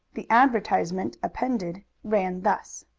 the advertisement appended ran thus